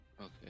Okay